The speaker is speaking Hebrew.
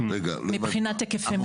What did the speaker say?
מבחינת היקפי מימון.